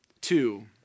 Two